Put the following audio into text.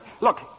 Look